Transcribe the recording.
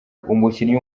umukinnyi